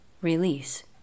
release